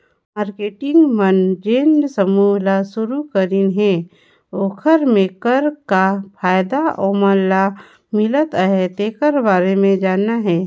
marketing मन जेन समूह ल सुरूकरीन हे ओखर मे कर का फायदा ओमन ल मिलत अहे तेखर बारे मे जानना हे